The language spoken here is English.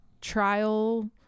trial